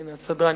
מהסדרן.